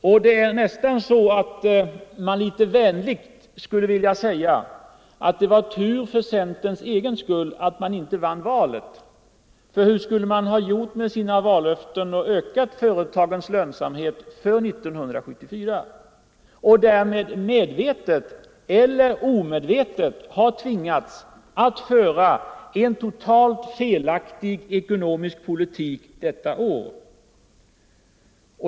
Och det är nästan så att man litet vänligt skulle vilja säga att det var tur för centerns egen skull att man inte vann valet. För hur skulle man ha gjort med sina vallöften och ökat företagens lönsamhet för 1974 och därmed medvetet eller omedvetet ha tvingats att föra en totalt felaktig ekonomisk politik detta år?